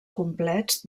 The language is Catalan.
complets